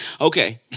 Okay